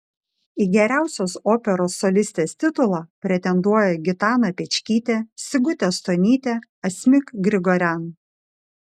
į geriausios operos solistės titulą pretenduoja gitana pečkytė sigutė stonytė asmik grigorian